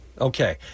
okay